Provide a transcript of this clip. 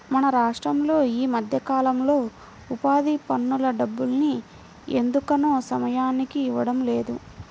మన రాష్టంలో ఈ మధ్యకాలంలో ఉపాధి పనుల డబ్బుల్ని ఎందుకనో సమయానికి ఇవ్వడం లేదు